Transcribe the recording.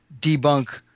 debunk